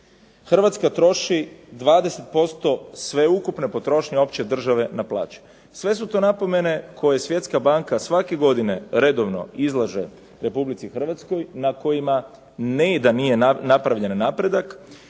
Hrvatska troši 20% sveukupne potrošnje opće države na plaći. Sve su to napomene koje Svjetska banka svake godine redovno izlaže Republici Hrvatskoj na kojima ne da nije napravljen napredak,